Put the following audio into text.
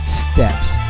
steps